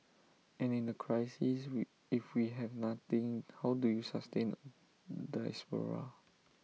and in A crisis we if we have nothing how do you sustain A diaspora